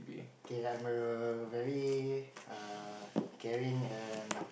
okay I'm a very err caring and